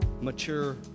mature